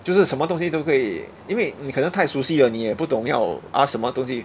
就是什么东西都可以因为你可能太熟悉了你也不懂要 ask 什么东西